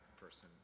person